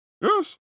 Yes